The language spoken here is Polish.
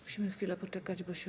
Musimy chwilę poczekać, bo się